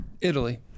Italy